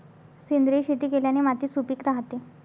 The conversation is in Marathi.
सेंद्रिय शेती केल्याने माती सुपीक राहते